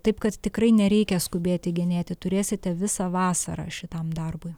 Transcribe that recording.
taip kad tikrai nereikia skubėti genėti turėsite visą vasarą šitam darbui